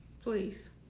please